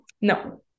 No